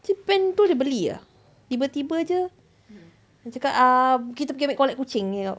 tu dia beli ah tiba-tiba jer dia cakap ah kita pergi ambil collect kucing dia cakap